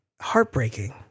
heartbreaking